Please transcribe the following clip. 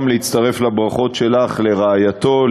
גם להצטרף לברכות שלך לרעייתו,